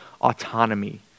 autonomy